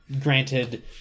granted